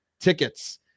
tickets